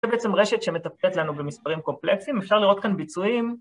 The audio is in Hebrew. זה בעצם רשת שמתפלט לנו במספרים קומפלקסיים, אפשר לראות כאן ביצועים.